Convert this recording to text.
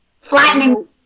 flattening